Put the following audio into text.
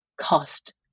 cost